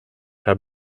have